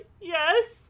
yes